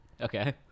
Okay